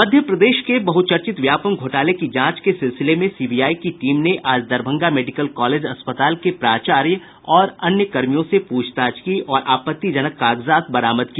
मध्य प्रदेश के बहुचर्चित व्यापमं घोटाले की जांच के सिलसिले में सीबीआई की टीम ने आज दरभंगा मेडिकल कॉलेज अस्पताल के प्राचार्य और अन्य कर्मियों से प्रछताछ की और आपत्तिजनक कागजात बरामद किया